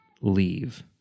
leave